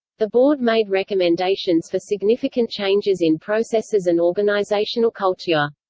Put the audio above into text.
the board made recommendations for significant changes in processes and organizational culture.